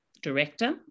director